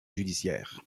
judiciaire